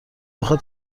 میخاد